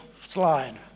Slide